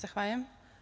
Zahvaljujem.